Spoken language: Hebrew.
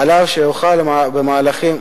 אף שהוחל במהלכים,